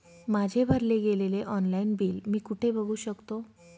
माझे भरले गेलेले ऑनलाईन बिल मी कुठे बघू शकतो?